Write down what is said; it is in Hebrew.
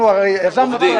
אנחנו הרי יזמנו את כל הפנייה.